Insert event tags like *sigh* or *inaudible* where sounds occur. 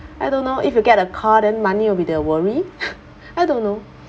I don't know if you get a car then money will be the worry *laughs* I don't know